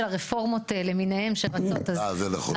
הרפורמות למיניהן שרצות --- זה נכון.